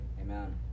amen